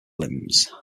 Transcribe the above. limbs